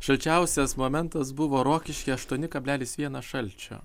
šalčiausias momentas buvo rokiškyje aštuoni kablelis vienas šalčio